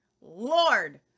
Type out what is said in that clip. Lord